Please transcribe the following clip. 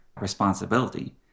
responsibility